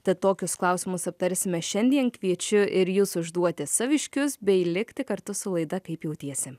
tad tokius klausimus aptarsime šiandien kviečiu ir jus užduoti saviškius bei likti kartu su laida kaip jautiesi